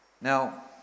Now